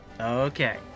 Okay